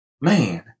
man